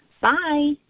Bye